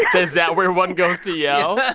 is that where one goes to yell?